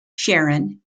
sharon